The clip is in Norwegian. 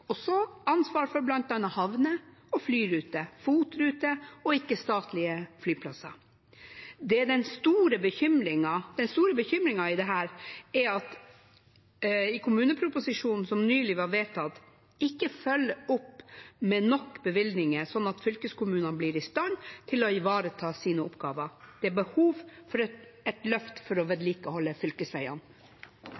også ansvar for bl.a. havner, flyruter, FOT-ruter og ikke-statlige flyplasser. Den store bekymringen i dette er at kommuneproposisjonen som nylig ble vedtatt, ikke følger opp med nok bevilgninger, slik at fylkeskommunene blir i stand til å ivareta sine oppgaver. Det er behov for et løft for å